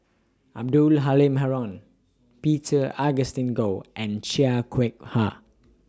Abdul Halim Haron Peter Augustine Goh and Chia Kwek Ha